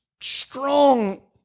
strong